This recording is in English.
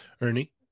ernie